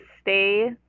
stay